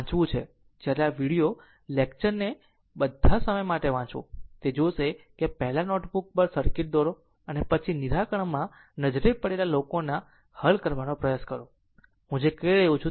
ક્યારે વાંચવું છે જ્યારે આ વિડિઓ લેક્ચરને બધા સમય માટે વાંચવું તે જોશે કે પહેલા નોટ બુક પર સર્કિટ દોરો અને પછી નિરાકરણમાં નજરે પડેલા લોકોના હલ કરવાનો પ્રયાસ કરશે અને હું જે કહી રહ્યો છું તે યોગ્ય છે